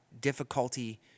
difficulty